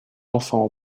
enfants